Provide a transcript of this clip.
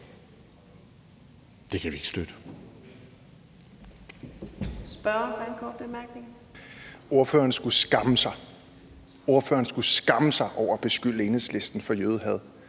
kan vi ikke støtte